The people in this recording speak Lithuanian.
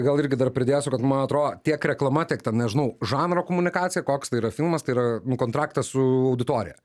gal irgi dar pridėsiu kad man atrodo tiek reklama tiek ten nežinau žanro komunikacija koks tai yra filmas tai yra nu kontraktas su auditorija